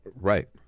Right